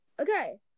Okay